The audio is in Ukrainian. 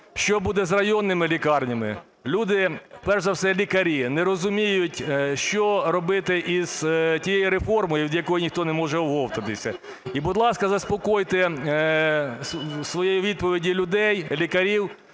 що буде з районними лікарнями? Люди, перш за все лікарі, не розуміють, що робити із тією реформою, від якої ніхто не може оговтатися. І, будь ласка, заспокойте своєю відповіддю людей, лікарів,